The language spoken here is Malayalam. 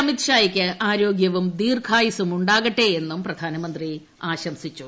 അമിത് ഷാ യ്ക്ക് ആരോഗ്യവും ദീർഘായുസ്സുണ്ടാകട്ടേയെന്നും പ്രധാനമന്ത്രി ആശംസിച്ചു